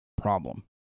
problem